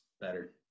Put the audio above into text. better